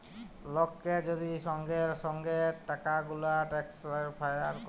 লককে যদি সঙ্গে সঙ্গে টাকাগুলা টেলেসফার ক্যরে